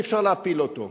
אי-אפשר להפיל אותו.